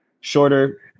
shorter